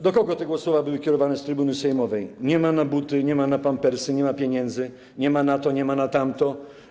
Do kogo te słowa były kierowane z trybuny sejmowej: nie ma na buty, nie ma na pampersy, nie ma pieniędzy, nie ma na to, nie ma na tamto?